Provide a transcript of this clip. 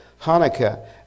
Hanukkah